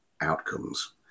outcomes